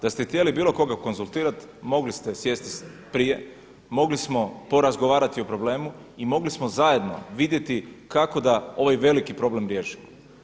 Da ste htjeli bilo koga konzultirati mogli ste sjesti prije, mogli smo porazgovarati o problemu i mogli smo zajedno vidjeti kako da ovaj veliki problem riješimo.